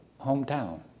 Hometown